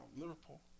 Liverpool